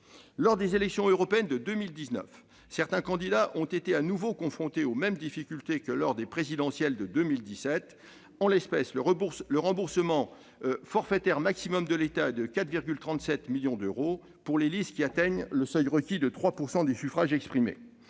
Lors des élections européennes de 2019, certains candidats ont été de nouveau confrontés aux mêmes difficultés que lors de la présidentielle de 2017. En l'espèce, le remboursement forfaitaire maximal de l'État est de 4,37 millions d'euros pour les listes atteignant le seuil requis de 3 % des suffrages exprimés.